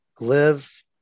live